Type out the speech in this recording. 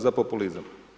Za populizam.